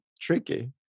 tricky